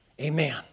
Amen